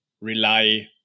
rely